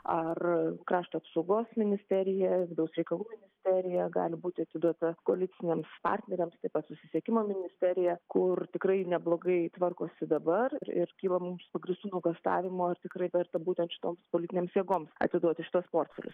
ar krašto apsaugos ministerija vidaus reikalų ministerija gali būti atiduota koaliciniams partneriams taip pat susisiekimo ministerija kur tikrai neblogai tvarkosi dabar ir ir kyla mums pagrįstų nuogąstavimų ar tikrai verta būtent šitoms politinėms jėgoms atiduoti šiuos portfelius